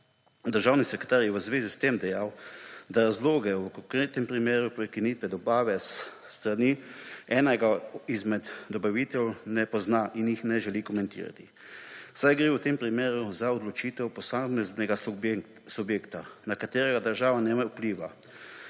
Državni sekretar je v zvezi s tem dejal, da razlogov v konkretnem primeru prekinitve dobave s strani enega izmed dobaviteljev ne pozna in jih ne želi komentirati, saj gre v tem primeru za odločitev posameznega subjekta, na katerega država nima vpliva.